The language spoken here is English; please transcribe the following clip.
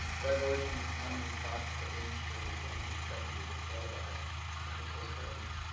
resolution means how many dots per inch does this image expect to be displayed at or pixels per inch.